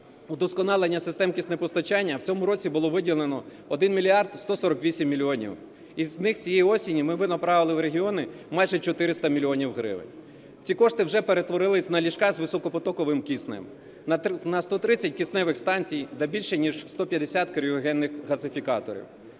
вдосконалення систем киснепостачання в цьому році було виділено 1 мільярд 148 мільйонів, із них цієї осені ми направили в регіони майже 400 мільйонів гривень. Ці кошти вже перетворились на ліжка з високопотоковим киснем, на 130 кисневих станцій та більше ніж 150 криогенних газифікаторів.